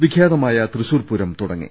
വിഖ്യാതമായ തൃശൂർ പൂരം തുടങ്ങി